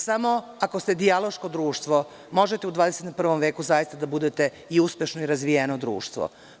Samo ako ste dijaloško društvo možete u 21. veku zaista da budete i uspešno razvijeno društvo.